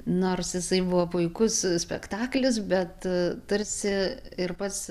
nors jisai buvo puikus spektaklis bet tarsi ir pats